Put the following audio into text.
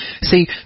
see